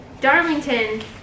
Darlington